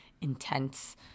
intense